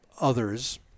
others